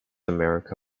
america